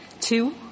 Two